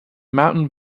mountain